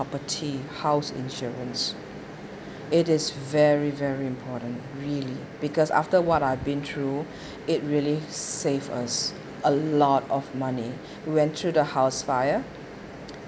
property house insurance it is very very important really because after what I've been through it really save us a lot of money went through the house fire